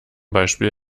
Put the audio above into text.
beispiel